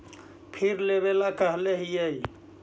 फिर लेवेला कहले हियै?